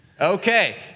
Okay